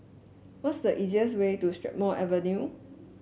what is the easiest way to Strathmore Avenue